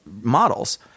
models